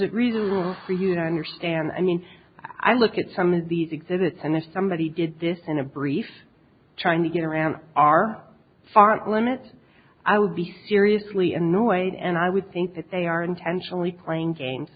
it reasonable for you to understand i mean i look at some of these exhibits and if somebody did this in a brief trying to get around our farm limit i would be seriously annoyed and i would think that they are intentionally playing games